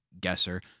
guesser